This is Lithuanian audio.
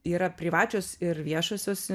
yra privačios ir viešosios